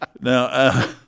Now